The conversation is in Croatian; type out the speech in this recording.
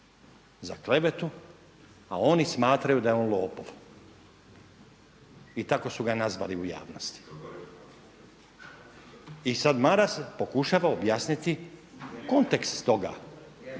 za klevetu, oni smatraju da je on lopov. I tako su ga i nazvali u javnosti. I sad Maras pokušava objasniti kontekst toga